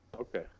Okay